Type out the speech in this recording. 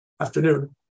afternoon